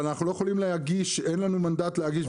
אבל אנחנו לא יכולים להגיש, אין לנו מנדט להגיש.